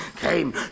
Came